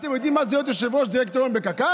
אתם יודעים מה זה להיות יושב-ראש דירקטוריון בקק"ל?